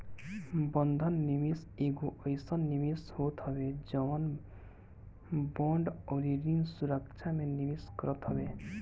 बंध निवेश एगो अइसन निवेश होत हवे जवन बांड अउरी ऋण सुरक्षा में निवेश करत हवे